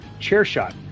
CHAIRSHOT